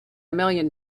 million